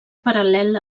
paral·lel